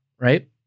right